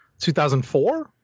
2004